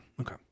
Okay